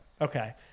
Okay